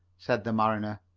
said the mariner.